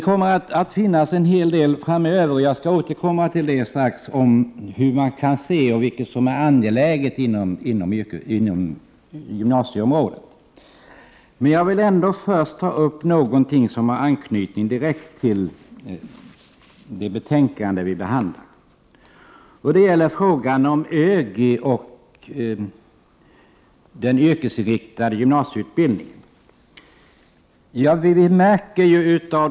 Jag skall strax återkomma till hur man kan bedöma vad som är angeläget i fråga om gymnasieutbildningen men vill först ta upp någonting som har direkt anknytning till det betänkande vi nu behandlar. Det gäller frågan om ÖGY-försöket och den yrkesinriktade utbildningen i gymnasieskolan.